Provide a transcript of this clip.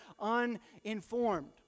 uninformed